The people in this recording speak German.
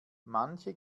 manche